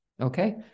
okay